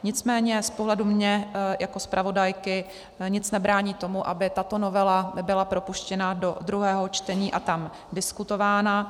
Nicméně z pohledu mě jako zpravodajky nic nebrání tomu, aby tato novela byla propuštěna do druhého čtení a tam diskutována.